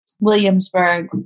Williamsburg